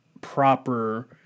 proper